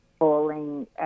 falling